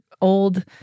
old